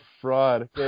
fraud